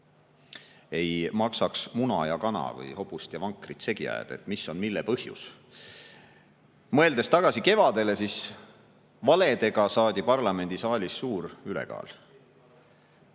ei maksaks muna ja kana või hobust ja vankrit segi ajada, [seda], mis on mille põhjus. Mõeldes tagasi kevadele: valedega saadi parlamendisaalis suur ülekaal.